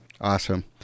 Awesome